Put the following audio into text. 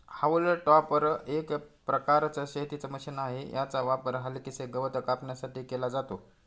haulm topper एक प्रकारचं शेतीच मशीन आहे, याचा वापर हलकेसे गवत कापण्यासाठी केला जातो